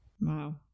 Wow